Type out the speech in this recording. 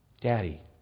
daddy